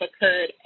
occurred